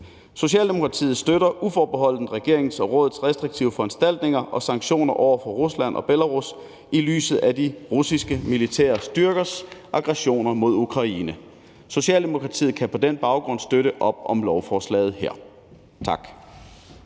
Socialdemokratiet støtter uforbeholdent regeringens og rådets restriktive foranstaltninger og sanktioner over for Rusland og Belarus i lyset af de russiske militære styrkers aggressioner mod Ukraine. Socialdemokratiet kan på den baggrund støtte op om lovforslaget her. Tak.